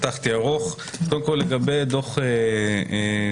קודם כל לגבי דוח דורנר,